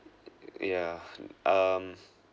yeah um